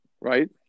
Right